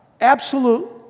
absolute